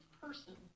person